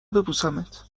ببوسمت